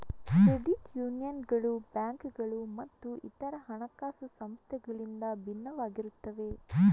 credit ಯೂನಿಯನ್ಗಳು ಬ್ಯಾಂಕುಗಳು ಮತ್ತು ಇತರ ಹಣಕಾಸು ಸಂಸ್ಥೆಗಳಿಂದ ಭಿನ್ನವಾಗಿರುತ್ತವೆ